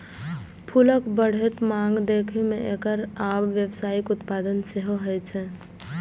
फूलक बढ़ैत मांग देखि कें एकर आब व्यावसायिक उत्पादन सेहो होइ छै